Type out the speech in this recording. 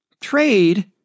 Trade